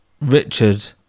Richard